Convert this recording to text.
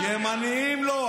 לימנים לא.